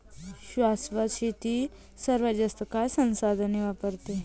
शाश्वत शेती सर्वात जास्त काळ संसाधने वापरते